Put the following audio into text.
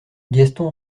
gaston